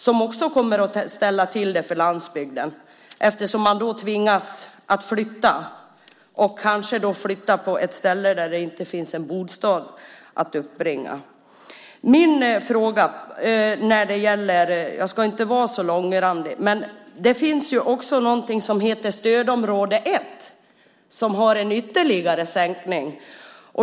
Den kommer också att ställa till det för landsbygden, eftersom man då tvingas att flytta och kanske till ett ställe där det inte finns en bostad att uppbringa. Jag ska inte vara så långrandig, men det finns också någonting som heter stödområde 1, som har en ytterligare sänkning.